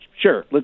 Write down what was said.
Sure